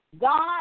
God